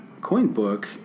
CoinBook